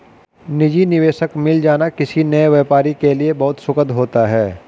निजी निवेशक मिल जाना किसी नए व्यापारी के लिए बहुत सुखद होता है